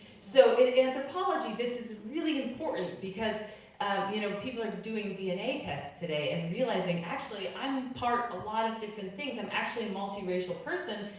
so in anthropology, this is really important, because ah you know people are doing dna tests today, and realizing actually i'm part a lot of different things, i'm actually a multi-racial person.